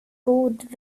god